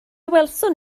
welsom